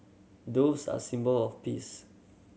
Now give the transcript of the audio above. doves are symbol of peace